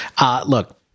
Look